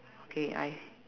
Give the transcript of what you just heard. okay I